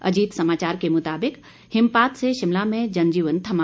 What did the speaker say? अजीत समाचार के मुताबिक हिमपात से शिमला में जनजीवन थमा